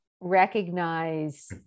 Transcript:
recognize